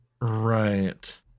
Right